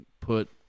put